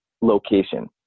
location